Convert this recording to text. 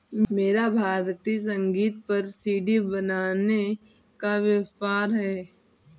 मेरा भारतीय संगीत पर सी.डी बनाने का व्यापार है